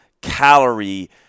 calorie